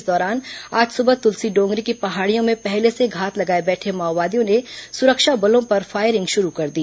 इस दौरान आज सुबह तुलसीडोंगरी की पहाड़ियों में पहले से घात लगाए बैठे माओवादियों ने सुरक्षा बलों पर फायरिंग शुरू कर दी